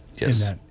Yes